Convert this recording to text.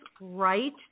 right